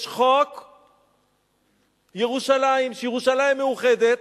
יש חוק ירושלים, שירושלים מאוחדת,